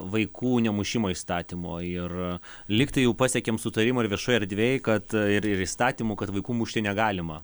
vaikų nemušimo įstatymo ir lygtai jau pasiekėm sutarimą ir viešoj erdvėj kad ir ir įstatymu kad vaikų mušti negalima